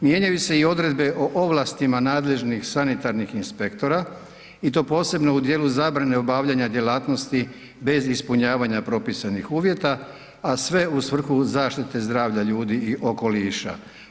Mijenjaju se i odredbe o ovlastima nadležnih sanitarnih inspektora i to posebno u dijelu zabrane obavljanja djelatnosti bez ispunjavanja propisanih uvjeta, a sve u svrhu zaštite zdravlja ljudi i okoliša.